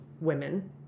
women